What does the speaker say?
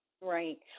Right